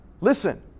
Listen